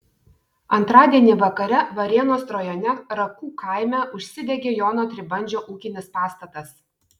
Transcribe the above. antradienį vakare varėnos rajone rakų kaime užsidegė jono tribandžio ūkinis pastatas